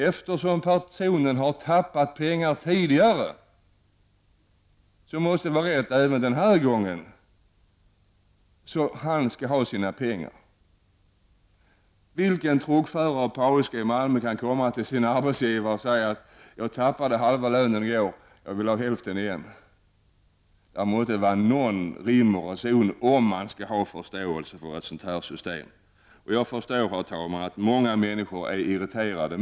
Eftersom den här personen har tappat pengar tidigare, måste det vara rätt även den här gången, så han skall ha sina pengar. Men vilken truckförare t.ex. på en arbetsplats i Malmö kan komma till sin arbetsgivare och säga att han dagen innan tappat halva lönen och att han därför vill ha hälften av lönen av sin arbetsgivare? Det fordras någon rim och reson om det skall gå att förståelse för ett sådan här system. Jag förstår att många människor är irriterade.